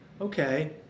okay